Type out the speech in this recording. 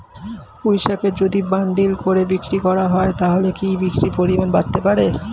পুঁইশাকের যদি বান্ডিল করে বিক্রি করা হয় তাহলে কি বিক্রির পরিমাণ বাড়তে পারে?